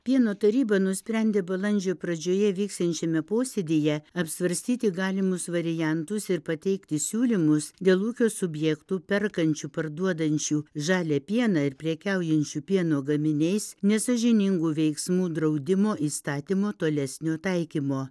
pieno taryba nusprendė balandžio pradžioje vyksiančiame posėdyje apsvarstyti galimus variantus ir pateikti siūlymus dėl ūkio subjektų perkančių parduodančių žalią pieną ir prekiaujančių pieno gaminiais nesąžiningų veiksmų draudimo įstatymo tolesnio taikymo